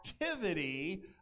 activity